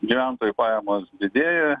gyventojų pajamos didėja